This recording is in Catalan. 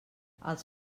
els